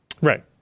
right